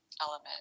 element